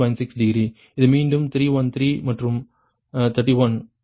6 degree இது மீண்டும் 313 மற்றும் 31 அதே